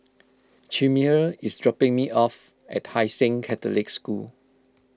Chimere is dropping me off at Hai Sing Catholic School